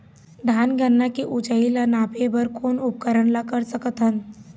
धान गन्ना के ऊंचाई ला नापे बर कोन उपकरण ला कर सकथन?